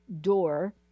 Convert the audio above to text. door